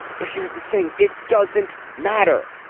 but here's the thing. it doesn't matter.